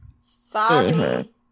Sorry